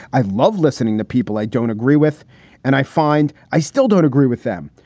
i love listening to people i don't agree with and i find i still don't agree with them.